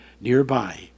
nearby